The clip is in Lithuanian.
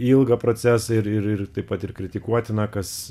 ilgą procesą ir ir ir taip pat ir kritikuotiną kas